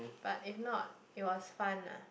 but if not it was fun lah